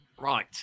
Right